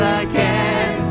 again